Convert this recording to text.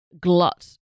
glut